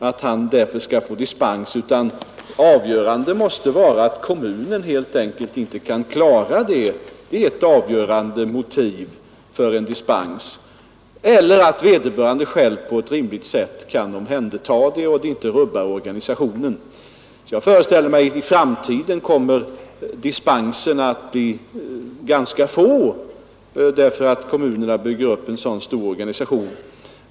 Ett avgörande motiv måste vara att kommunen helt enkelt inte kan klara renhållningen. Ett annat motiv är att vederbörande själv på ett rimligt sätt kan omhänderta avfallet och att inte organisationen rubbas därigenom. I framtiden kommer förmodligen dispenserna att bli ganska få därför att kommunerna bygger upp en så stor organisation.